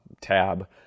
tab